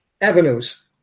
avenues